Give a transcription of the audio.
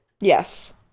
Yes